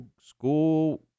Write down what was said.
School